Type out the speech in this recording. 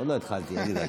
עוד לא התחלתי, אל תדאג.